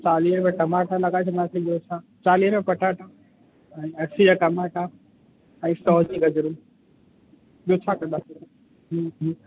चालीहे में टमाटा लॻाए छॾींदासीं ॿियो छा चालीहे में पटाटा ऐं अस्सीअ जा टमाटा ऐं सौ जी गजरुं ॿियो छा कंदासीं हूं हूं